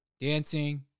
Dancing